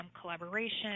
Collaboration